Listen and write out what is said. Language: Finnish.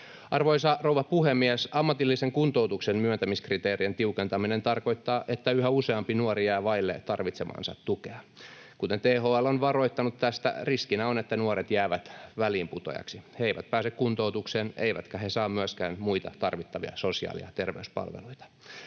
Arvoisa rouva puhemies! Ammatillisen kuntoutuksen myöntämiskriteerien tiukentaminen tarkoittaa, että yhä useampi nuori jää vaille tarvitsemaansa tukea. Kuten THL on varoittanut tästä, riskinä on, että nuoret jäävät väliinputoajiksi. He eivät pääse kuntoutukseen, eivätkä he saa myöskään muita tarvittavia sosiaali- ja terveyspalveluita.